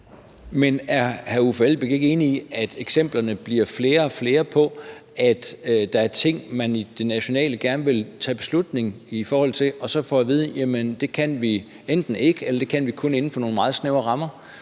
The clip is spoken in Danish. Er hr. Uffe Elbæk ikke enig i, at der kommer flere og flere eksempler på, at der er ting, man nationalt gerne vil træffe beslutning om, men at man så får at vide, enten at det kan man ikke eller at det kan man kun inden for nogle meget snævre rammer?